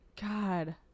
God